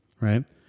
right